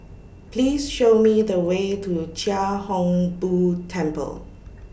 Please Show Me The Way to Chia Hung Boo Temple